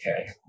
okay